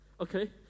okay